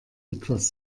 etwas